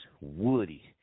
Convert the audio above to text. Woody